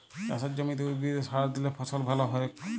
চাসের জমিতে উদ্ভিদে সার দিলে ফসল ভাল হ্য়য়ক